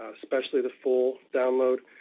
especially the full download,